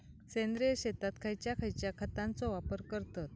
सेंद्रिय शेतात खयच्या खयच्या खतांचो वापर करतत?